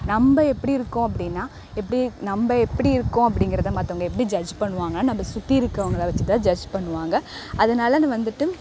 நம்ம எப்படி இருக்கோம் அப்படின்னா எப்படி நம்ம எப்படி இருக்கோம் அப்படிங்கறத மற்றவங்க எப்படி ஜட்ஜ் பண்ணுவாங்கன்னா நம்மள சுற்றி இருக்கிறவங்கள வச்சி தான் ஜட்ஜ் பண்ணுவாங்க அதனாலனு வந்துட்டு